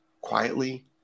quietly